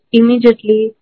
immediately